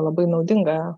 labai naudingą